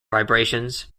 vibrations